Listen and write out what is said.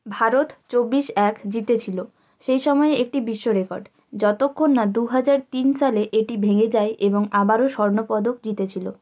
ভারত চব্বিশ এক জিতেছিলো সেই সময়ে একটি বিশ্ব রেকর্ড যতক্ষণ না দু হাজার তিন সালে এটি ভেঙে যায় এবং আবারও স্বর্ণপদক জিতেছিলো